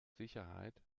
sicherheit